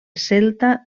celta